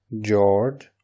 George